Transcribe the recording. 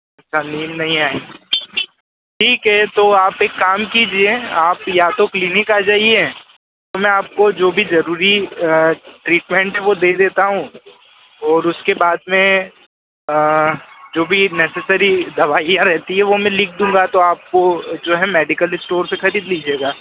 अच्छा नींद नहीं आई ठीक है तो आप एक काम कीजिए आप या तो क्लिनिक आ जाइए तब मैं आपको जो भी ज़रूरी ट्रीटमेंट है वह दे देता हूँ और उसके बाद में जो भी नेसेसरी दवाईयाँ रहती हैं वो मै लिख दूँगा तो आपको जो है मेडिकल इस्टोर से खरीद लीजिएगा